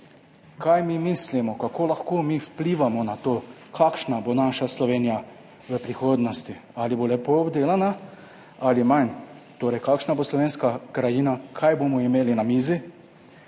kaj mi mislimo, kako lahko mi vplivamo na to, kakšna bo naša Slovenija v prihodnosti, ali bo lepo obdelana ali manj, torej kakšna bo slovenska krajina, kaj bomo imeli na mizi,